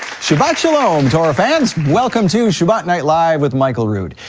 shabbat shalom, torah fans, welcome to shabbat night live with michael rood.